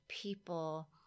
people